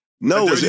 No